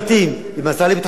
עם השר לביטחון פנים,